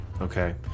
Okay